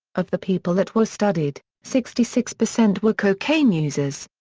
of the people that were studied, sixty six percent were cocaine users.